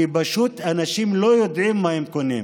כי פשוט אנשים לא יודעים מה הם קונים.